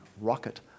rocket